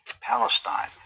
Palestine